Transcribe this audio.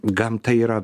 gamta yra